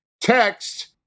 text